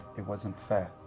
it wasn't fair,